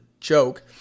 Joke